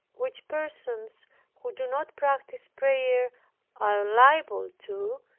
which persons who do not practice prayer are liable to,